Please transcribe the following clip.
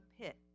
pit